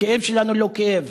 הכאב שלנו לא כאב.